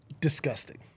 disgusting